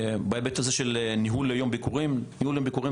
בהיבט הזה של ניהול ביקורים אז לניהול ביקורים